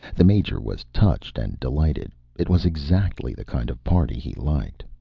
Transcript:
the major was touched and delighted it was exactly the kind of party he liked.